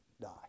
die